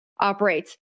operates